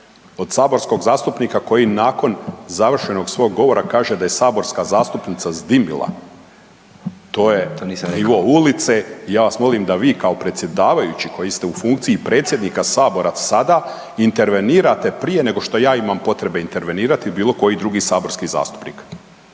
Od saborskog zastupnika koji nakon završenog svog govora kaže da je saborska zastupnica zdimila? .../Upadica: To nisam ja rekao./... To je nivo ulice i ja vas molim da vi kao predsjedavajući koji ste u funkciji predsjednika Sabora sada, intervenirate prije nego što ja imami potrebe intervenirati i bilo koji drugi saborski zastupnik.